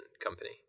company